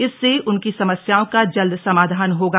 इससे उनकी समस्याओं का जल्द समाधान होगा